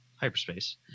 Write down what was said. hyperspace